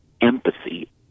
empathy